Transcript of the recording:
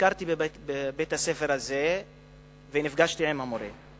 ביקרתי בבית-הספר הזה ונפגשתי עם המורה.